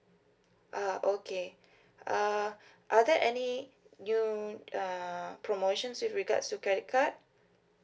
uh okay uh are there any new uh promotions with regards to credit card